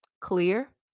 clear